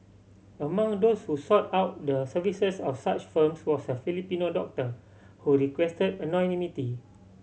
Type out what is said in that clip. among those who sought out the services of such firms was a Filipino doctor who requested anonymity